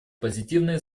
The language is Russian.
позитивные